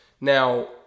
Now